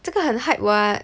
这个很 hype what